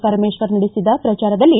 ಪರಮೇಶ್ವರ್ ನಡೆಸಿದ ಪ್ರಚಾರದಲ್ಲಿ